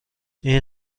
این